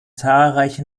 zahlreiche